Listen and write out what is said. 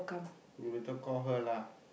you later call her lah